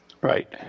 Right